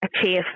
achieve